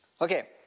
Okay